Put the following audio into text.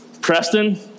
Preston